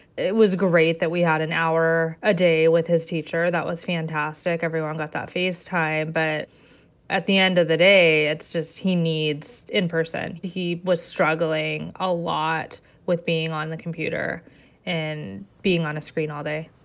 it was great that we had an hour a day with his teacher. that was fantastic. everyone got that face time. but at the end of the day, it's just he needs in-person. he was struggling a lot with being on the computer and being on a screen all day.